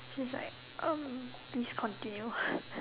she's like uh please continue